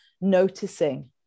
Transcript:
noticing